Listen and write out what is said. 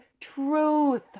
truth